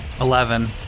Eleven